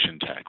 tech